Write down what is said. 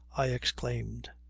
i exclaimed.